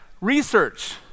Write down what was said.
research